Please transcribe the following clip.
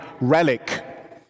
relic